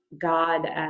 god